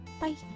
Bye